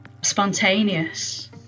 spontaneous